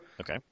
Okay